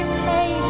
pay